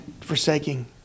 forsaking